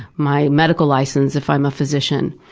my medical license if i'm a physician?